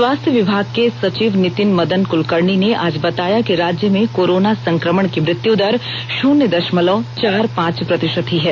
स्वास्थ्य विभाग के सचिव नितिन मदन कुलकर्णी ने आज बताया कि राज्य में कोरोना संकमण की मृत्यु दर शून्य दषमलव चार पांच प्रतिषत ही है